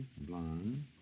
blonde